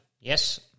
Yes